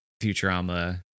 Futurama